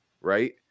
right